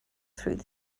through